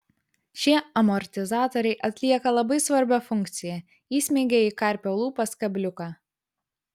šie amortizatoriai atlieka labai svarbią funkciją įsmeigia į karpio lūpas kabliuką